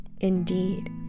Indeed